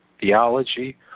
Theology